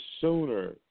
sooner